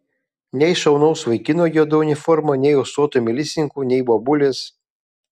nei šaunaus vaikino juoda uniforma nei ūsuoto milicininko nei bobulės